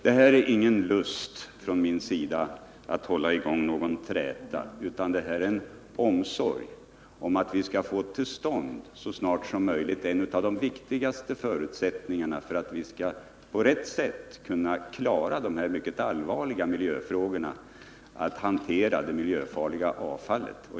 Mina inlägg är inte uttryck för någon lust från min sida att hålla i gång en träta utan för en önskan att vi så snart som möjligt skall få till stånd en av de viktigaste förutsättningarna för att på rätt sätt kunna klara de här mycket allvarliga miljöfrågorna i samband med hanteringen av det miljöfarliga avfallet.